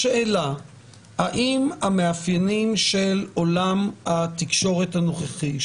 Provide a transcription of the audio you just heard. השאלה האם המאפיינים של עולם התקשורת הנוכחי,